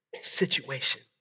situation